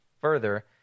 further